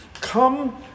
Come